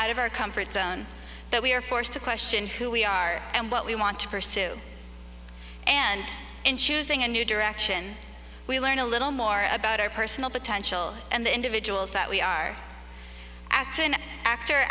out of our comfort zone that we are forced to question who we are and what we want to pursue and in choosing a new direction we learn a little more about our personal potential and the individuals that we are act